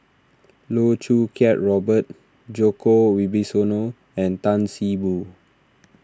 Loh Choo Kiat Robert Djoko Wibisono and Tan See Boo